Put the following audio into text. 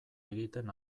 egiten